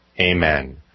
Amen